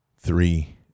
three